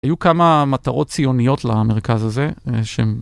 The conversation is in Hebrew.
היו כמה מטרות ציוניות למרכז הזה.